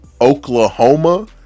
Oklahoma